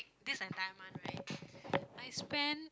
this entire month right I spend